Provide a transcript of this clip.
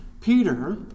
Peter